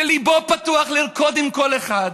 שליבו פתוח לרקוד עם כל אחד,